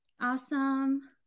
Awesome